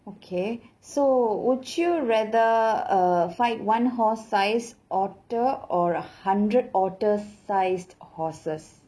okay so would you rather uh fight one horse sized otter or a hundred otters sized horses